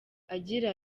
agira